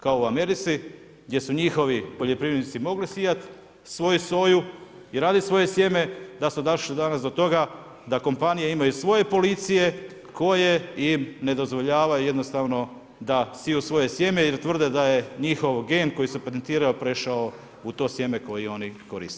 Kao u Americi, gdje su njihovi poljoprivrednici mogli sijati svoju soju i raditi svoje sjeme, da su došli danas do toga, da kompanije imaju svoje policije, koje im ne dozvoljava jednostavno da siju svoje sjeme, jer tvrde da je njihov gen, koji se patentirao, prešao u to sjeme koji oni koriste.